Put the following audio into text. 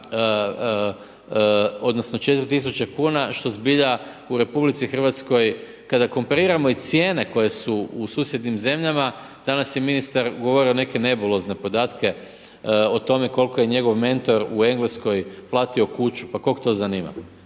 odnosno, 4000 kn što zbilja u RH kada kompariramo i cijene koje su u susjednim zemljama, danas je ministar govorio neke nebulozne podatke, o tome koliko je njegov mentor u Engleskoj platio kuću, pa koga to zanima.